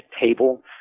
table